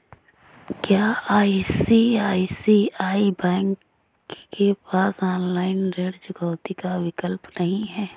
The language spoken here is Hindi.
क्या आई.सी.आई.सी.आई बैंक के पास ऑनलाइन ऋण चुकौती का विकल्प नहीं है?